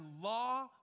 law